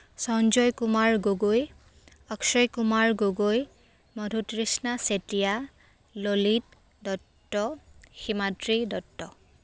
Sanjay Kumar Gogoi Akshay Kumar Gogoi Madhutrishna Chetia Lalit Dutta Himadri Dutta